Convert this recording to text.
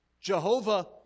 Jehovah